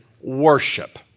worship